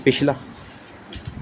ਪਿਛਲਾ